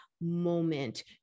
moment